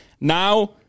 Now